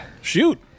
Shoot